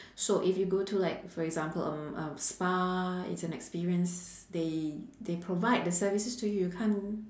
so if you go to like for example um a spa it's an experience they they provide the services to you you can't